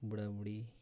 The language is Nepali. बुढाबुढी